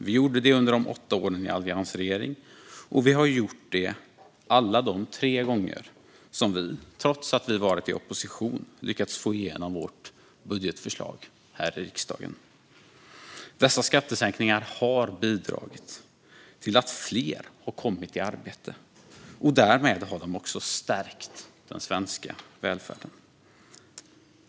Vi gjorde det under de åtta åren i alliansregering, och vi har gjort det alla de tre gånger som vi, trots att vi har varit i opposition, har lyckats få igenom vårt budgetförslag här i riksdagen. Dessa skattesänkningar har bidragit till att fler har kommit i arbete, och därmed har de också stärkt den svenska välfärden.